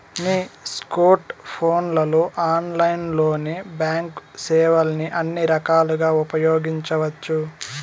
నీ స్కోర్ట్ ఫోన్లలో ఆన్లైన్లోనే బాంక్ సేవల్ని అన్ని రకాలుగా ఉపయోగించవచ్చు